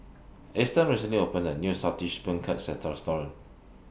Easton recently opened A New Saltish Beancurds Restaurant